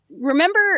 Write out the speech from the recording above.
remember